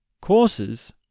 courses